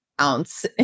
ounce